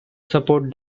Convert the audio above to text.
support